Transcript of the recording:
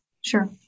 Sure